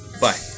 bye